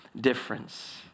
difference